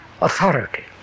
Authority